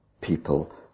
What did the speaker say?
people